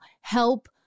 Help